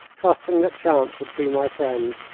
trusting that chance would be my friend.